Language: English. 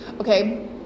Okay